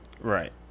Right